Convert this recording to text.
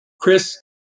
Chris